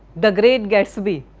the great gatsby,